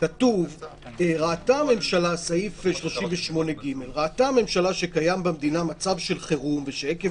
כתוב בסעיף 38(ג) "ראתה הממשלה שקיים במדינה מצב של חירום ושעקב